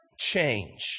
change